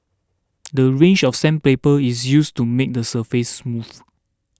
the range of sandpaper is used to make the surface smooth